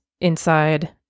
inside